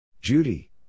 Judy